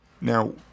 now